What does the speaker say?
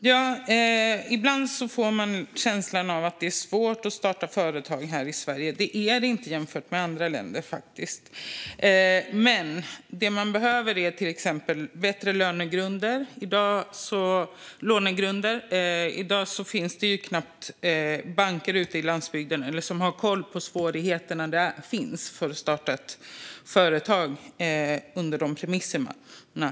Fru talman! Ibland får man känslan av att det är svårt att starta företag i Sverige. Det är det faktiskt inte jämfört med i andra länder. Det man behöver är till exempel bättre lånegrunder. I dag finns det knappt banker ute i landsbygden som har koll på vilka svårigheter som finns för att starta ett företag under de premisserna.